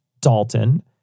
Dalton